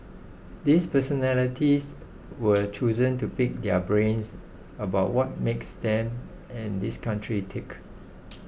these personalities were chosen to pick their brains about what makes them and this country tick